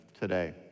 today